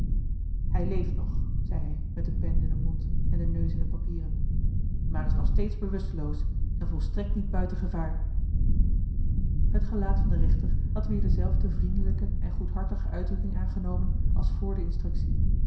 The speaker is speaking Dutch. hij leeft nog zei hij met de pen in den mond en den neus in de papieren maar is nog steeds bewusteloos en volstrekt niet buiten gevaar het gelaat van den rechter had weer dezelfde vriendelijke en goedhartige uitdrukking aangenomen als voor de instructie